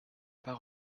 pas